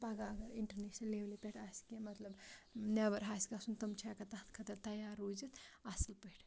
پَگاہ اگر اِنٹَرنیشنَل لیولہِ پٮ۪ٹھ آسہِ کینٛہہ مطلب نٮ۪بَر آسہِ گژھُن تِم چھِ ہٮ۪کان تَتھ خٲطرٕ تیار روٗزِتھ اَصٕل پٲٹھۍ